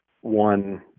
one